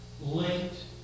linked